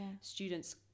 students